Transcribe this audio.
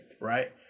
right